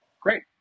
Great